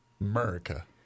America